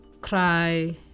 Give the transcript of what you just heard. cry